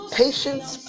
patience